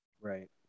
Right